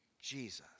Jesus